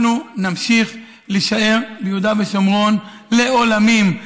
אנחנו נמשיך להישאר ביהודה ושומרון לעולמים.